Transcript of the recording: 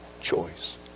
choice